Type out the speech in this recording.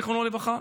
זיכרונו לברכה,